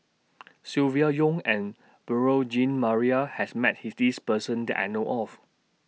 Silvia Yong and Beurel Jean Marie has Met His This Person that I know of